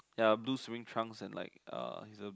ya blue swimming trunks and like a